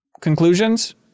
conclusions